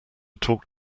talk